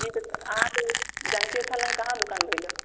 कहियौ तऽ अहाँके जानकी स्थलमे कहाँ दूकान भेलै